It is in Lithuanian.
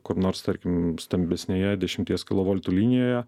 kur nors tarkim stambesnėje dešimties kilovoltų linijoje